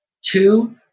Two